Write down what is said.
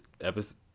episode